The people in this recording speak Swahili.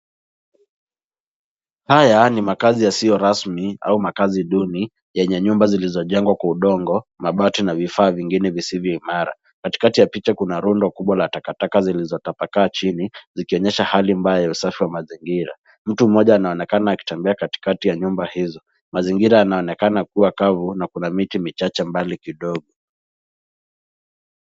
Haya ni makazi yasiyo rasmi au makazi duni yenye nyumba zilizojengwa kwa udongo, mabati na vifaa vingine visivyo imara. Katikati ya picha kuna rundo kubwa ya takataka zilizotapakaa chini zikionyesha hali mbaya ya usafi wa mazingira. Mtu mmoja anaonekana akitembea katikati ya nyumba hizo. Mazingira yanaonekana kuwa kavu na kuna miti michache mbali kidogo.